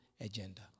agenda